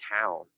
town